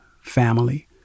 family